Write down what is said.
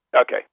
Okay